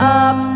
up